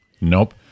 Nope